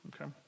Okay